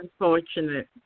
unfortunate